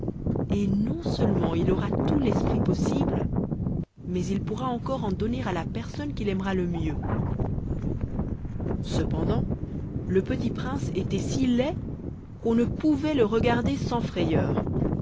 et non-seulement il aura tout l'esprit possible mais il pourra encore en donner à la personne qu'il aimera le mieux cependant le petit prince était si laid qu'on ne pouvait le regarder sans frayeur